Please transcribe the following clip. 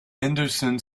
henderson